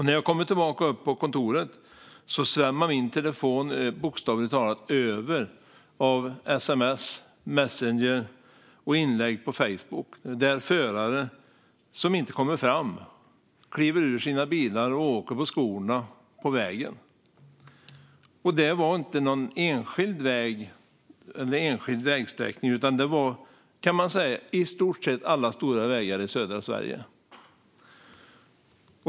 När jag kom tillbaka upp på kontoret svämmade min telefon bokstavligt talat över av sms, meddelanden på Messenger och inlägg på Facebook. Förare som inte kom fram klev ur sina bilar och åkte på skorna på vägen. Det handlade inte om någon enskild väg eller enskild vägsträckning, utan det gällde i stort sett alla stora vägar i södra Sverige.